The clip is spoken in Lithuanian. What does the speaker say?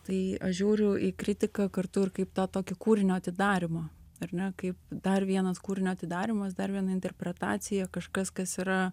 tai aš žiūriu į kritiką kartu ir kaip tą tokį kūrinio atidarymo ar ne kaip dar vienas kūrinio atidarymas dar viena interpretacija kažkas kas yra